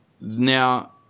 Now